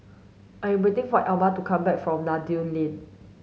I am waiting for Alma to come back from Noordin Lane